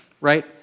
right